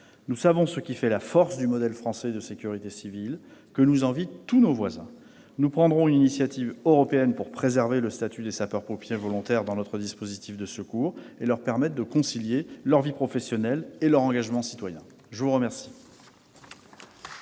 Nous savons ce qui fait la force du modèle français de sécurité civile, que nous envient tous nos voisins. Nous prendrons une initiative européenne pour préserver le statut des sapeurs-pompiers volontaires dans notre dispositif de secours et leur permettre de concilier leur vie professionnelle et leur engagement citoyen. La parole